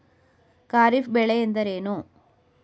ಖಾರಿಫ್ ಬೆಳೆ ಎಂದರೇನು?